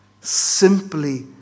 Simply